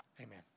Amen